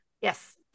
Yes